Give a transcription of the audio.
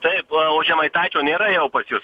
taip o žemaitaičio nėra jau pas jus